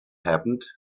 happened